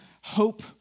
hope